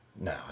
no